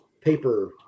paper